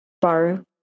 Baru